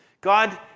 God